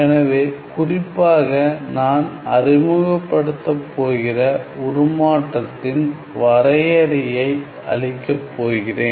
எனவே குறிப்பாக நான் அறிமுகப்படுத்தப் போகிற உருமாற்றத்தின் வரையறையை அளிக்கப் போகிறேன்